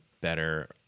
better